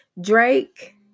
Drake